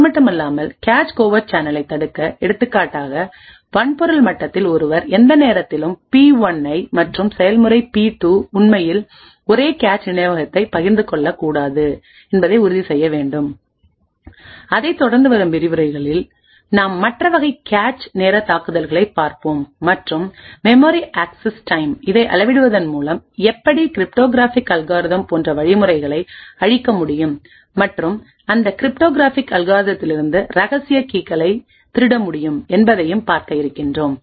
அதுமட்டுமல்லாமல் cache covert சேனலைத் தடுக்கஎடுத்துக்காட்டாக வன்பொருள் மட்டத்தில் ஒருவர் எந்த நேரத்திலும் பி 1 மற்றும் செயல்முறை பி 2 உண்மையில் ஒரே கேச் நினைவகத்தைப் பகிர்ந்து கொள்ளக் கூடாது உறுதி செய்ய வேண்டும் அதைத் தொடர்ந்து வரும் விரிவுரைகளில் நாம் மற்ற வகை கேச் நேர தாக்குதல்களைப் பார்ப்போம் மற்றும் மெமரி ஆக்சிஸ் டைம் இதை அளவிடுவதன் மூலம் எப்படி கிரிப்டோகிராஃபிக் அல்காரிதம் போன்ற வழிமுறைகளை அழிக்க முடியும் மற்றும் அந்த கிரிப்டோ கிராஃபிக் அல்காரிதத்திலிருந்து ரகசிய கீகளை திருட முடியும் என்பதையும் பார்க்க இருக்கின்றோம்